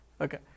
Okay